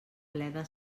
bleda